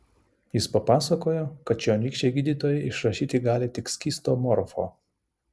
jis papasakojo kad čionykščiai gydytojai išrašyti gali tik skysto morfo